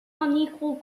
unequal